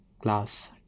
class